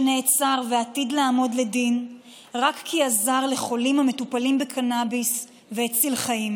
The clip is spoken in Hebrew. שנעצר ועתיד לעמוד לדין רק כי עזר לחולים המטופלים בקנביס והציל חיים.